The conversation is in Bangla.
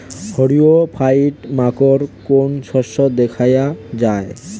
ইরিও ফাইট মাকোর কোন শস্য দেখাইয়া যায়?